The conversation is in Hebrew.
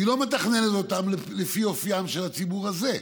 היא לא מתכננת אותן לפי אופיו של הציבור הזה,